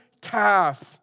calf